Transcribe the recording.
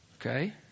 Okay